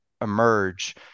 emerge